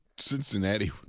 Cincinnati